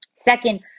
Second